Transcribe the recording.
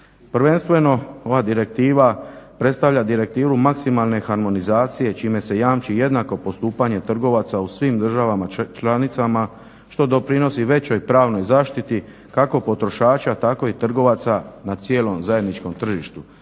Prvenstveno ova direktiva predstavlja direktivu maksimalne harmonizacije čime se jamči jednako postupanje trgovaca u svim državama članicama što doprinosi većoj pravnoj zaštiti kako potrošača tako i trgovaca na cijelom zajedničkom tržištu